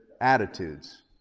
attitudes